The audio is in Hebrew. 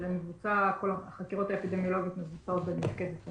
החקירות האפידמיולוגיות מבוצעות במפקדת אלון,